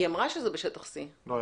היא אמרה שזה בשטח C. לא.